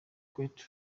kwetu